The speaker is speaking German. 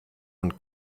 und